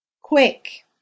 quick